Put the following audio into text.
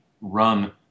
Run